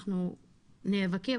אנחנו נאבקים,